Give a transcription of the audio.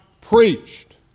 preached